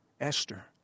Esther